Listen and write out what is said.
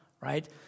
right